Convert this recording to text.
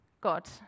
God